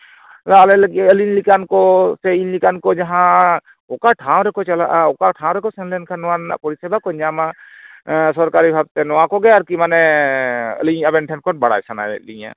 ᱚᱲᱟᱜ ᱨᱮ ᱞᱟᱹᱜᱤᱫ ᱟᱹᱞᱤᱧ ᱞᱮᱠᱟᱱ ᱠᱚ ᱥᱮ ᱤᱧ ᱞᱮᱠᱟᱱ ᱠᱚ ᱡᱟᱦᱟᱸ ᱚᱠᱟ ᱴᱷᱟᱶ ᱨᱮᱠᱚ ᱪᱟᱞᱟᱜᱼᱟ ᱚᱠᱟ ᱴᱷᱟᱶ ᱨᱮᱠᱚ ᱥᱮᱱᱞᱮᱱᱠᱷᱟᱱ ᱱᱚᱣᱟ ᱨᱮᱱᱟᱜ ᱯᱚᱨᱤᱥᱮᱵᱟ ᱠᱚ ᱧᱟᱢᱟ ᱥᱚᱨᱠᱟᱨᱤ ᱵᱷᱟᱵᱽᱛᱮ ᱱᱚᱣᱟ ᱠᱚᱜᱮ ᱟᱨᱠᱤ ᱢᱟᱱᱮ ᱟᱞᱤᱧ ᱟᱵᱮᱱ ᱴᱷᱮᱱ ᱠᱷᱚᱱ ᱵᱟᱲᱟᱭ ᱥᱟᱱᱟᱭᱮᱫ ᱞᱤᱧᱟᱹ